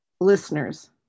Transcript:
listeners